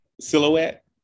silhouette